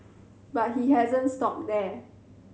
but he hasn't stopped there